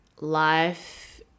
life